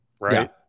right